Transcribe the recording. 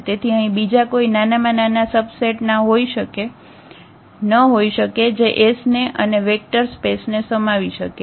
તેથી અહીં બીજાકોઇ નાનામાં નાના સબસેટ ના હોઈ શકે જે S ને અને વેક્ટર સ્પેસ ને સમાવી શકે